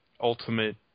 ultimate